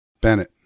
Bennett